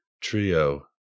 trio